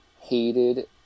hated